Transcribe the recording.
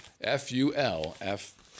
F-U-L-F